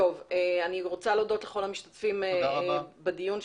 אני רוצה להודות לכל המשתתפים בדיון,